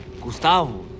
Gustavo